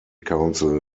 council